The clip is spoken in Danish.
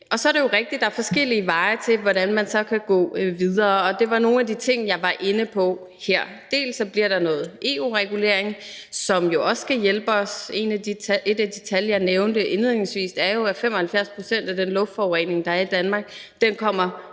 på. Så er det jo rigtigt, at der er forskellige veje til, hvordan man så kan gå videre, og det var nogle af de ting, jeg var inde på her. Bl.a. bliver der noget EU-regulering, som jo også skal hjælpe os. Et af de tal, jeg nævnte indledningsvis, var jo, at 75 pct. af den luftforurening, der er i Danmark, kommer